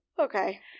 okay